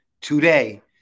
today